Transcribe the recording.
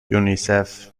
یونیسف